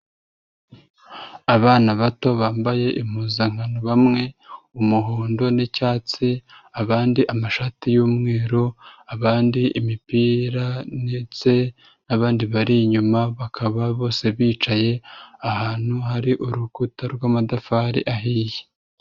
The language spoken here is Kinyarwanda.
Abana bato bambaye impuzankano bamwe umuhondo n'icyatsi abandi amashati y'umweru, abandi imipira ndetse abandi bari inyuma bakaba bose bicaye ahantu hari urukuta rw'amatafari ahiye.